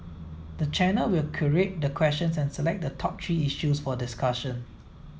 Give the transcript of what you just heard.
the channel will curate the questions and select the top three issues for discussion